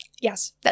Yes